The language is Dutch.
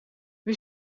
wie